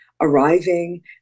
arriving